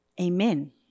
amen